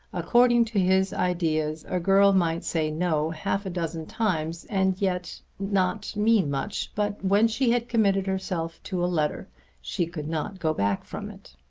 according to his ideas a girl might say no half-a-dozen times and yet not mean much but when she had committed herself to a letter she could not go back from it.